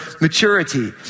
maturity